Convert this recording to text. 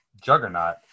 juggernaut